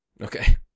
Okay